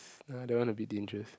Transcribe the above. uh that one a bit dangerous